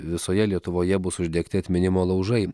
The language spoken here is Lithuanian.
visoje lietuvoje bus uždegti atminimo laužai